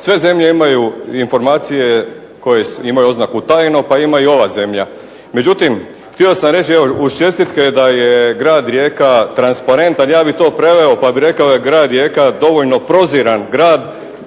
sve zemlje imaju informacije koje imaju oznaku tajno pa ima i ova zemlja. Međutim, htio sam reći, evo uz čestitke da je grad Rijeka transparentan. Ja bih to preveo pa bih rekao da je grad Rijeka dovoljno proziran grad,